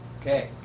Okay